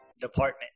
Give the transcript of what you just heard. Department